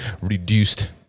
reduced